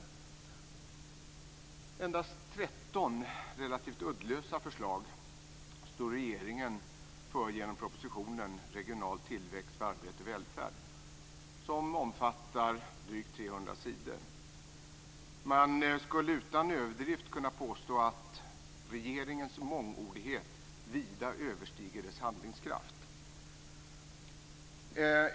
Regeringen står endast för 13 relativt uddlösa förslag genom propositionen Regional tillväxt - för arbete och välfärd, som omfattar drygt 300 sidor. Man skulle utan överdrift kunna påstå att regeringens mångordighet vida överstiger dess handlingskraft.